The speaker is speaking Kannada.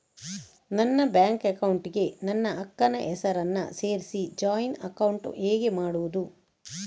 ನನ್ನ ಬ್ಯಾಂಕ್ ಅಕೌಂಟ್ ಗೆ ನನ್ನ ಅಕ್ಕ ನ ಹೆಸರನ್ನ ಸೇರಿಸಿ ಜಾಯಿನ್ ಅಕೌಂಟ್ ಹೇಗೆ ಮಾಡುದು?